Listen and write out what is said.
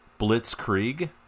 Blitzkrieg